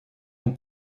вам